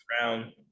round